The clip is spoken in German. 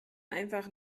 einfach